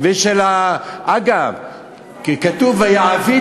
גם "מעסיק", גם "עובד", גם "מעביד".